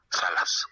salas